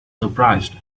surprised